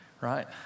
right